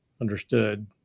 understood